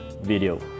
video